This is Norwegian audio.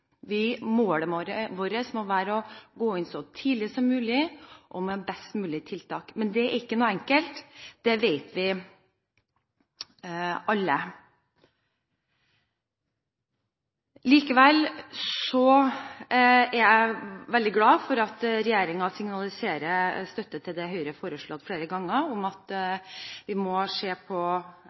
Målet vårt må være å gå inn så tidlig som mulig og med best mulige tiltak. Men det er ikke enkelt, det vet vi alle. Likevel er jeg veldig glad for at regjeringen signaliserer støtte til det Høyre har foreslått flere ganger, at vi må se på